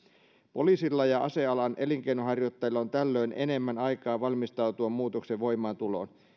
poliisilla ja asealan elinkeinonharjoittajilla on tällöin enemmän aikaa valmistautua muutoksen voimaantuloon